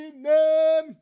name